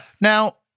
Now